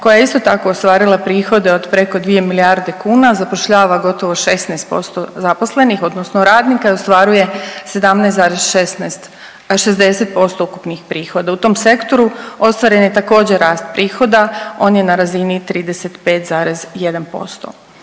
koja je isto tako ostvarila prihode od preko 2 milijarde kuna, zapošljava gotovo 16% zaposlenih odnosno radnika i ostvaruje 17,60% ukupnih prihoda u tom sektoru. Ostvaren je također, rast prihoda, on je na razini 35,1%.